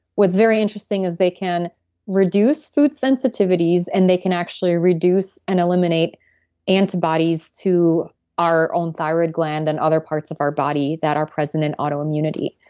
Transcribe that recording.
what's very interesting is that they can reduce food sensitivities and they can actually reduce and eliminate antibodies to our own thyroid gland and other parts of our body that are present in autoimmunity.